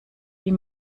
die